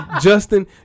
Justin